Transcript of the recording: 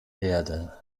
erde